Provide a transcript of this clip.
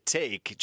take